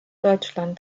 deutschland